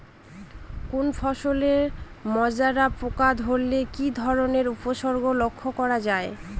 কোনো ফসলে মাজরা পোকা ধরলে কি ধরণের উপসর্গ লক্ষ্য করা যায়?